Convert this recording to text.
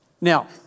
now